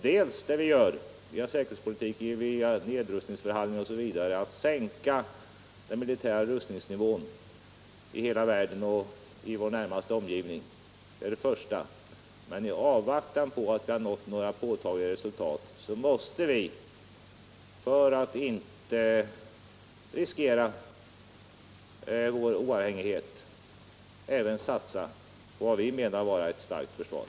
Dels måste vi i nedrustningsförhandlingar osv. arbeta för att sänka den militära rustningsnivån i hela världen, inte minst i vår närmaste omgivning, dels måste vi, i avvaktan på att vi skall nå några påtagliga resultat, för att inte riskera vår oavhängighet även satsa på vad vi menar vara ett starkt försvar.